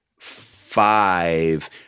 five